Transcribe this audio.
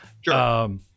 Sure